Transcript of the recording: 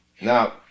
Now